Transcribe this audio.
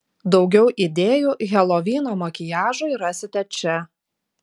daugiau idėjų helovyno makiažui rasite čia